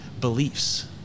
beliefs